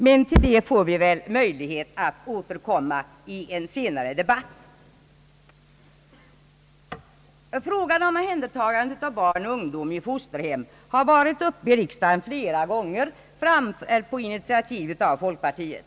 Men till det får vi väl möjligheter att återkomma i en senare debatt. Frågan om omhändertagandet av barn och ungdom i fosterhem har varit uppe i riksdagen flera gånger på initiativ av folkpartiet.